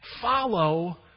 follow